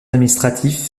administratif